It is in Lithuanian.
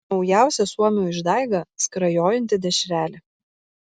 naujausia suomio išdaiga skrajojanti dešrelė